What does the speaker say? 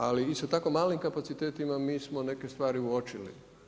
Ali isto tako malim kapacitetima mi smo neke stvari uočili.